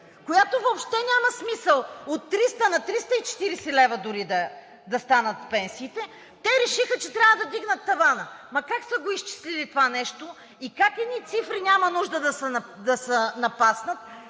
която въобще няма смисъл – от 300 на 340 лв. дори да станат пенсиите, те решиха, че трябва да вдигнат тавана! Ама как са го изчислили това нещо и как едни цифри няма нужда да се напаснат,